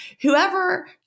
whoever